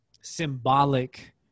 symbolic